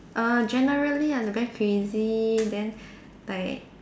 err generally are very crazy then like